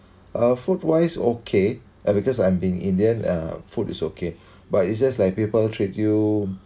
uh food wise okay uh because I'm being indian uh food is okay but it's just like people treat you